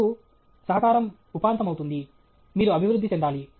అప్పుడు సహకారం ఉపాంతమవుతుంది మీరు అభివృద్ధి చెందాలి